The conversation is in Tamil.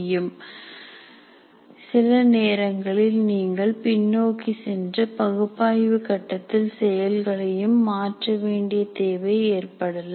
நாம் இதை உருவாக்க மதிப்பீடு என்கிறோம் சில நேரங்களில் நீங்கள் பின்னோக்கி சென்று பகுப்பாய்வு கட்டத்தில் செயல்களையும் மாற்ற வேண்டிய தேவை ஏற்படலாம்